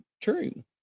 true